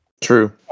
True